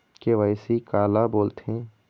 KYC काला बोलथें?